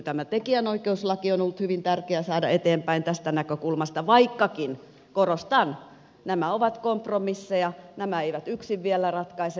tämä tekijänoikeuslaki on ollut hyvin tärkeää saada eteenpäin tästä näkökulmasta vaikkakin korostan nämä ovat kompromisseja nämä eivät yksin vielä ratkaise